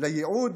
לייעוד